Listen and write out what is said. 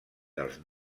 dels